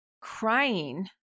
crying